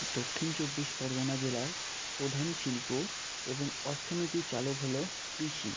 দক্ষিণ চব্বিশ পরগনা জেলার প্রধান শিল্প এবং অর্থনীতির চালক হলো কৃষি